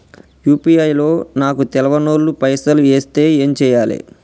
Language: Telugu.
యూ.పీ.ఐ లో నాకు తెల్వనోళ్లు పైసల్ ఎస్తే ఏం చేయాలి?